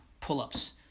pull-ups